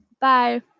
Bye